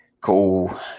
Cool